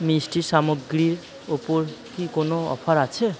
মিষ্টি সামগ্রীর ওপর কি কোনও অফার আছে